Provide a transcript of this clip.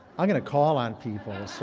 i'm going to call on people.